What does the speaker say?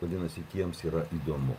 vadinasi tiems yra įdomu